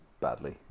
badly